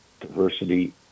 diversity